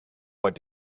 what